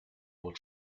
will